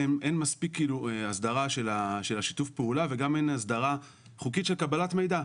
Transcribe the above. מספיק הסדרה של שיתוף הפעולה וגם אין הסדרה חוקית של קבלת מידע.